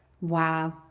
Wow